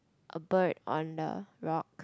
a bird on the rock